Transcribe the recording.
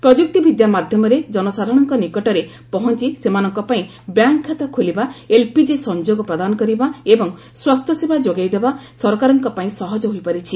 ପ୍ରଯୁକ୍ତିବିଦ୍ୟା ମାଧ୍ୟମରେ ଜନସାଧାରଣଙ୍କ ନିକଟରେ ପହଞ୍ଚ ସେମାନଙ୍କ ପାଇଁ ବ୍ୟାଙ୍କ ଖାତା ଖୋଲିବାଏଲପିଜି ସଂଯୋଗ ପ୍ରଦାନ କରିବା ଏବଂ ସ୍ୱାସ୍ଥ୍ୟସେବା ଯୋଗାଇଦେବା ସରକାରଙ୍କ ପାଇଁ ସହଜ ହୋଇପାରିଛି